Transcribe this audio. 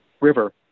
river